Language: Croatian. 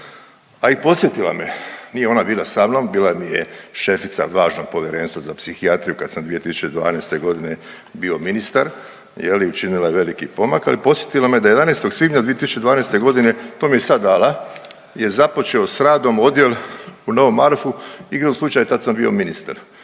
A i podsjetila me, nije ona bila sa mnom, bila mi je šefica važnom Povjerenstvu za psihijatriju kad sam 2012.g. bio ministar je li, učinila je veliki pomak, ali podsjetila me da 11. svibnja 2012.g., to mi je i sad dala, je započeo s radom odjel u Novom Marofu, igrom slučaja tad sam bio ministar